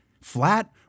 Flat